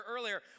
earlier